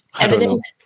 evident